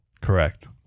correct